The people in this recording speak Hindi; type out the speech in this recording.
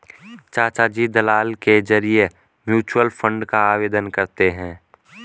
चाचाजी दलाल के जरिए म्यूचुअल फंड का आवेदन करते हैं